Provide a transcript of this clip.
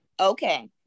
Okay